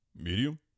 Medium